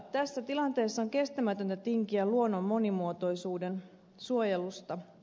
tässä tilanteessa on kestämätöntä tinkiä luonnon monimuotoisuuden suojelusta